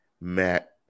Matt